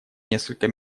несколько